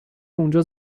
اونجا